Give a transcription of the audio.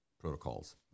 protocols